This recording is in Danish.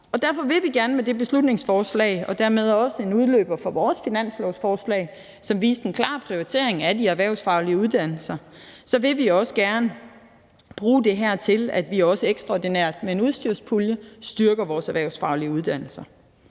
Derfor vil vi gerne med det beslutningsforslag – en udløber af vores finanslovsforslag, som viste en klar prioritering af de erhvervsfaglige uddannelser – bruge det her til, at vi også ekstraordinært med en udstyrspulje styrker vores erhvervsfaglige uddannelser.